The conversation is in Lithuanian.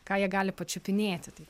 ką jie gali pačiupinėti tai